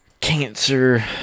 cancer